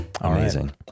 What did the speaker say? amazing